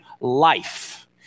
life